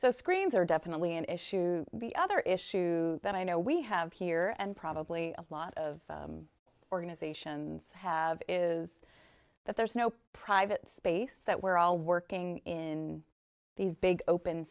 so screens are definitely an issue the other issue that i know we have here and probably a lot of organizations have is that there's no private space that we're all working in these big open